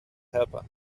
helper